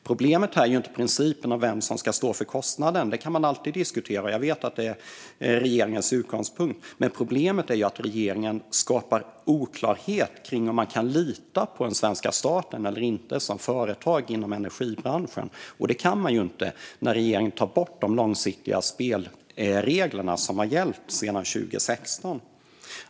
Problemet är inte principen om vem som ska stå för kostnaden - det kan man alltid diskutera, och jag vet att det är regeringens utgångspunkt - utan problemet är att regeringen skapar oklarhet kring om man som företag inom energibranschen kan lita på den svenska staten eller inte. Och det kan man inte när regeringen tar bort de långsiktiga spelreglerna som har gällt sedan 2016.